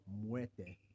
Muerte